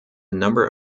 number